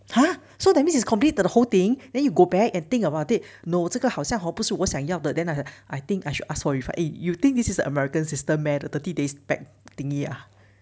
!huh! so that means is completed the whole thing then you go back and think about it no 这个好像不是我想要的 then I I think I should ask for refund eh you think this is an american system meh thirty days back thingy